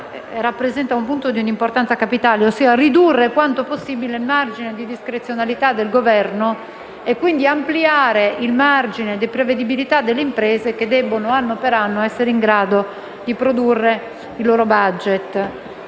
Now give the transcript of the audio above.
per noi è di una importanza capitale, quello cioè di ridurre quanto possibile il margine di discrezionalità del Governo e quindi di ampliare il margine di prevedibilità delle imprese che anno per anno devono essere in grado di produrre i loro *budget*.